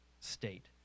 state